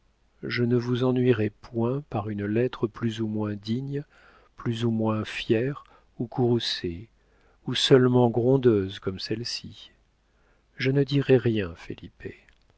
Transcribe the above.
je ne vous ennuierai point par une lettre plus ou moins digne plus ou moins fière ou courroucée ou seulement grondeuse comme celle-ci je ne dirais rien